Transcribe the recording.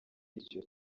icyo